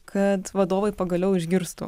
kad vadovai pagaliau išgirstų